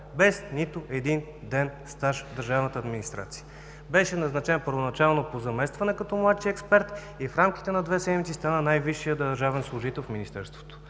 държавната администрация! Беше назначен първоначално по заместване като младши експерт и в рамките на две седмици стана най-висшият държавен служител в Министерството.